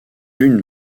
lune